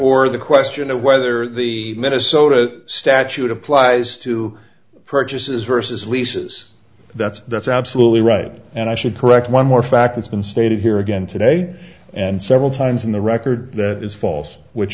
or the question of whether the minnesota statute applies to purchases versus leases that's that's absolutely right and i should correct one more fact it's been stated here again today and several times in the record that is false which